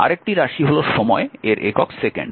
আরেকটি রাশি হল সময় এর একক সেকেন্ড